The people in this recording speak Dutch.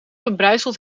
verbrijzeld